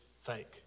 fake